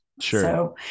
Sure